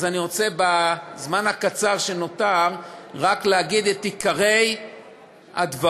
אני רוצה בזמן הקצר שנותר רק להגיד את עיקרי הדברים.